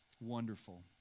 wonderful